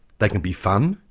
they can be fun,